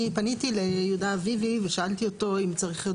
אני פניתי ליהודה אביבי ושאלתי אותו אם צריך עוד